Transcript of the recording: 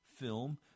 film